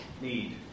need